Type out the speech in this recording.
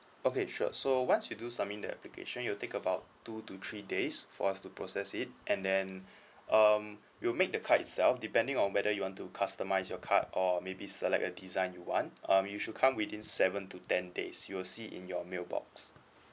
okay sure so once you do submit in the application it'll take about two to three days for us to process it and then um you make the card itself depending on whether you want to customise your card or maybe select a design you want um you should come within seven to ten days you will see in your mailbox